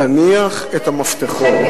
תניח את המפתחות.